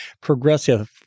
Progressive